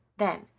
then,